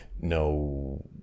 no